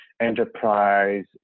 enterprise